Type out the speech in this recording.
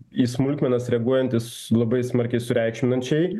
į smulkmenas reaguojantis labai smarkiai sureikšminančiai